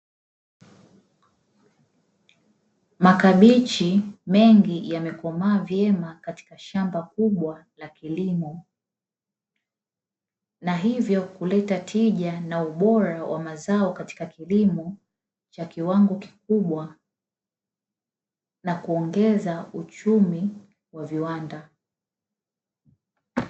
Makabichi mengi yamekomaa vyema katika shamba kubwa la kilimo na hivyo kuleta tija na ubora wa mazao katika kilimo cha kiwango kikubwa na kuongeza uchumi wa viwanda.